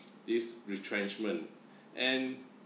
this retrenchment and